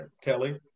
kelly